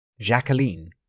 Jacqueline